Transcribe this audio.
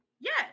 Yes